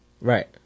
Right